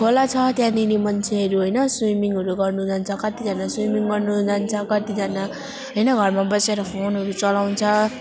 खोला छ त्यहाँनिर मान्छेहरू होइन स्विमिङहरू गर्नु जान्छ कत्तिजना स्विमिङ गर्नु जान्छ कत्तिजना होइन घरमा बसेर फोनहरू चलाउँछ